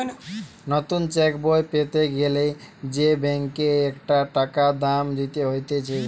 নতুন চেক বই পেতে গ্যালে সে ব্যাংকে একটা টাকা দাম দিতে হতিছে